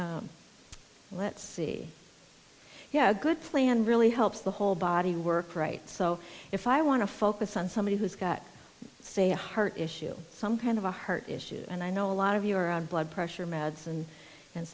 let's see yeah a good plan really helps the whole body work right so if i want to focus on somebody who's got say a heart issue some kind of a heart issue and i know a lot of you are on blood pressure medicine and